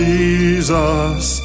Jesus